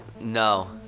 No